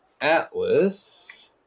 Atlas